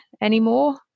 anymore